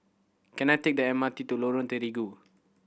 can I take the M R T to Lorong Terigu